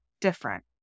different